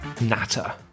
Natter